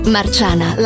Marciana